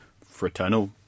fraternal